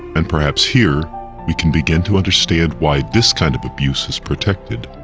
and perhaps here we can begin to understand why this kind of abuse protected,